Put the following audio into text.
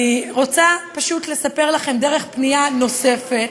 רוצה פשוט לספר לכם דרך פנייה נוספת,